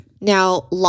Now